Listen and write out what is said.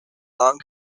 long